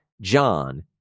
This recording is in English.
John